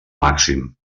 màxim